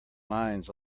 lines